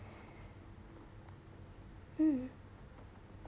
mm